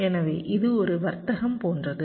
எனவே இது ஒரு வர்த்தகம் போன்றது